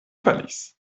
falis